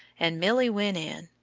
and milly went in,